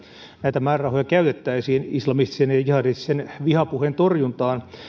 näitä määrärahoja käytettäisiin islamistisen ja jihadistisen vihapuheen torjuntaan